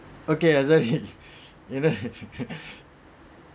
okay azahari you know